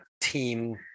team